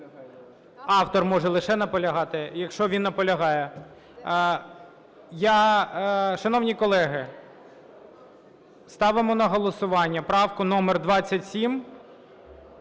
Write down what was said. Автор може лише наполягати, якщо він наполягає. Шановні колеги, ставимо на голосування правку номер 27…